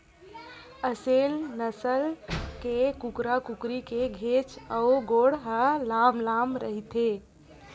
असेल नसल के कुकरा कुकरी के घेंच अउ गोड़ ह लांम लांम रहिथे